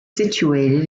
situated